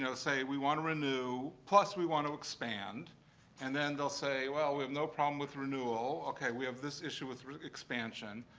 say we want to renew plus we want to expand and then, they'll say, well, we have no problem with renewal. ok. we have this issue with expansion.